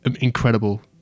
incredible